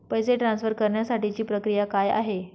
पैसे ट्रान्सफर करण्यासाठीची प्रक्रिया काय आहे?